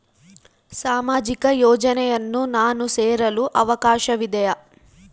ಸಾಮಾಜಿಕ ಯೋಜನೆಯನ್ನು ನಾನು ಸೇರಲು ಅವಕಾಶವಿದೆಯಾ?